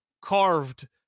carved